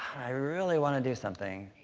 i really wanna do something,